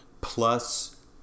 plus